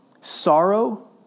sorrow